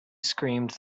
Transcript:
screamed